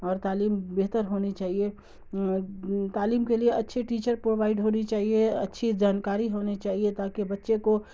اور تعلیم بہتر ہونی چاہیے تعلیم کے لیے اچھیے ٹیچر پرووائڈ ہونی چاہیے اچھی جانکاری ہونی چاہیے تاکہ بچے کو